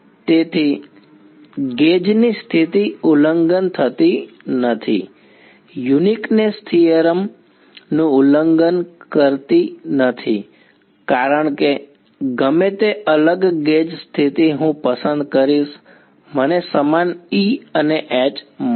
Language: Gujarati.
તેથી ગેજ ની સ્થિતિ ઉલ્લંઘન થતી નથી યુનિકનેશ થિયરમ નું ઉલ્લંઘન કરતી નથી કારણ કે ગમે તે અલગ ગેજ સ્થિતિ હું પસંદ કરીશ મને સમાન E અને H મળે છે